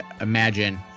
imagine